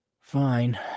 fine